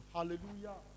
Hallelujah